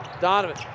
Donovan